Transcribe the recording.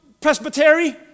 presbytery